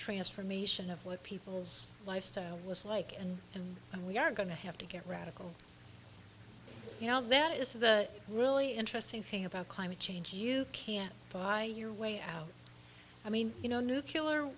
transformation of what people's lifestyle was like and and and we are going to have to get radical you know that is the really interesting thing about climate change you can't buy your way out i mean you know nucular